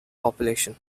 population